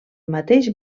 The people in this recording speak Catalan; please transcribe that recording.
mateix